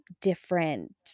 different